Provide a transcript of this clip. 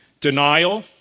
Denial